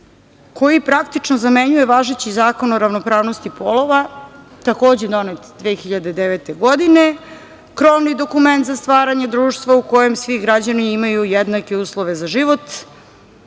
koji praktično zamenjuje važeći Zakon o ravnopravnosti polova, takođe donet 2009. godine, krovni dokument za stvaranje društva u kojem svi građani imaju jednake uslove za život.